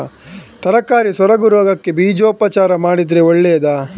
ತರಕಾರಿ ಸೊರಗು ರೋಗಕ್ಕೆ ಬೀಜೋಪಚಾರ ಮಾಡಿದ್ರೆ ಒಳ್ಳೆದಾ?